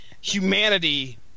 humanity